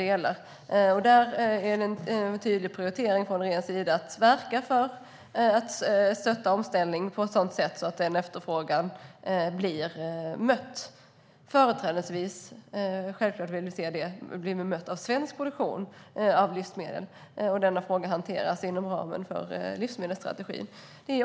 En tydlig prioritering från regeringens sida är att verka för att stötta omställning på ett sådant sätt att den efterfrågan blir mött, företrädesvis av svensk produktion av livsmedel. Denna fråga hanteras inom ramen för livsmedelsstrategin.